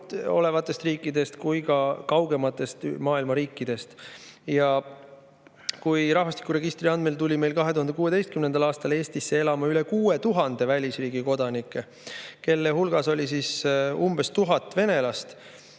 olevatest riikidest kui ka kaugematest riikidest maailmas. Kui rahvastikuregistri andmeil tuli 2016. aastal Eestisse elama üle 6000 välisriigi kodaniku, kelle hulgas oli umbes 1000 venelast,